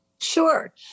Sure